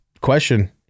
question